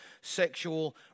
sexual